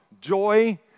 joy